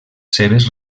seves